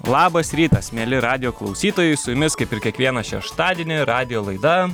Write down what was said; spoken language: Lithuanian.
labas rytas mieli radijo klausytojai su jumis kaip ir kiekvieną šeštadienį radijo laida